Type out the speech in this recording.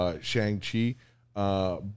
Shang-Chi